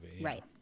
Right